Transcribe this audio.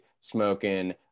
smoking